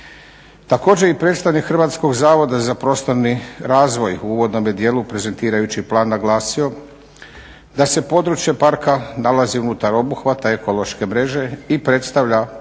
Također i predstavnik Hrvatskog zavoda za prostorni razvoj u uvodnome dijelu prezentirajući plan je naglasio da se područje parka nalazi unutar obuhvata ekološke mreže i predstavlja